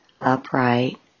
upright